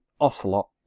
Ocelot